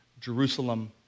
Jerusalem